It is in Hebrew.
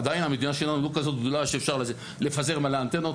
עדיין המדינה שלנו לא כזאת גדולה שאפשר לפזר מלא אנטנות.